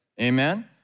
Amen